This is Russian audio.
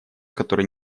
который